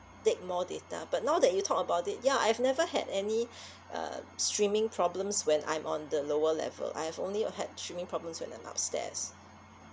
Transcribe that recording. take more data but now that you talk about it ya I've never had any uh streaming problems when I'm on the lower level I have only had streaming problems when I'm upstairs